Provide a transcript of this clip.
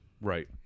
Right